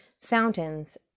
fountains